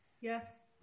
Yes